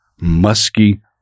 musky